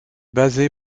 basée